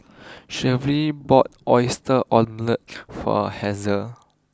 Shelvie bought Oyster Omelette for Hazel